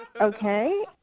Okay